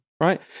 right